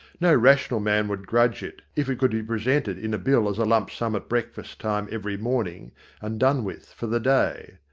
no rational man would grudge it if it could be presented in a bill as a lump sum at breakfast time every morning and done with for the day.